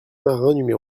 marin